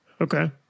Okay